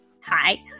Hi